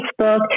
Facebook